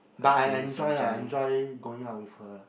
but I enjoy I enjoy going out with her lah